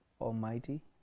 Almighty